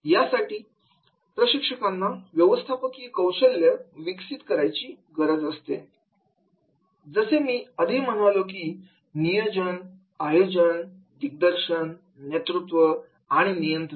यासाठी प्रशिक्षकांना व्यवस्थापकीय कौशल्य विकसित करायची असतात जसे मी आधी म्हणलो की नियोजन आयोजन दिग्दर्शन नेतृत्व आणि नियंत्रण